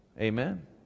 Amen